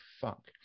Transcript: fuck